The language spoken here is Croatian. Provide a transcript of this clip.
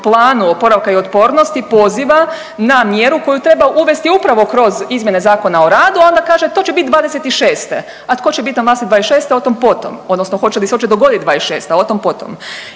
planu oporavka i otpornosti poziva na mjeru koju treba uvesti upravo kroz izmjene Zakona o radu onda kaže to će biti 26. A tko će biti na vlasti 26. o tom potom odnosno hoće li se uopće dogoditi 26. o tom potom.